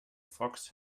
fox